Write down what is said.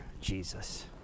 Jesus